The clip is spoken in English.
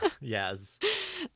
Yes